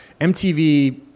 MTV